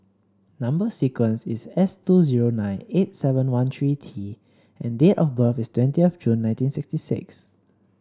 number sequence is S two zero nine eight seven one three T and date of birth is twentieth June nineteen sixty six